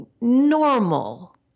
normal